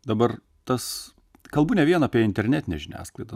dabar tas kalbu ne vien apie internetinę žiniasklaidą